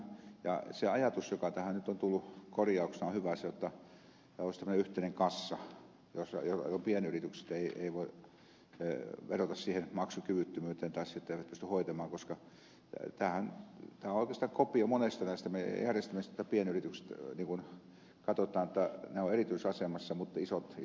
ja se ajatus joka tähän nyt on tullut korjauksena on hyvä jotta olisi tämmöinen yhteinen kassa ja pienyritykset eivät voi vedota siihen maksukyvyttömyyteen että eivät pysty hoitamaan koska tämä on oikeastaan kopio monesta näistä meidän järjestelmistämme missä pienyritykset katsotaan oleviksi erityisasemassa mutta isot pannaan maksamaan